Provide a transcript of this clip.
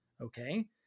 Okay